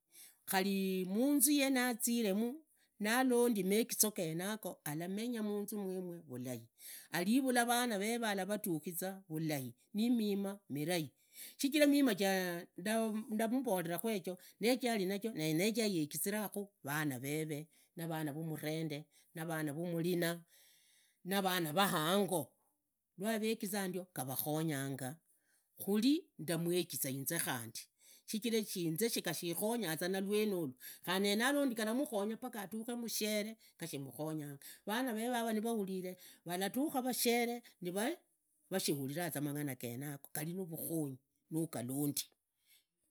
Khari manzinye naziremu nalondi megizo alamenya munzu mwemwe vulai alivula vana vure alavatukhiza vulai nimima milai shichira mima nda mboraakhu yejo nee jalinajo na nee jayekhizirakhu vana veve vana vamurende na vana va mulina navana va hango lwavegiza ndio gavakhnyanga khari ndumwegiza inzi khandi shichira shinze gashikhonyaza na lwenulu yee nalondi galamukhonya paka lwatukhu mushere gashimuhnonyanga vana vere yava vahurivee valatukha vashere nivashiuviraa mang'ana genago galinuvukhonyi nyaglondi.